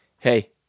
Hey